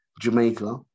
Jamaica